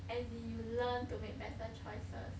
as in you learn to make better choices